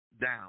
down